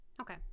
Okay